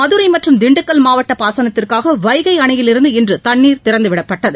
மதுரை மற்றும் திண்டுக்கல் மாவட்ட பாசனத்திற்காக வைகை அணையிலிருந்து இன்று தண்ணீர் திறந்துவிடப்பட்டது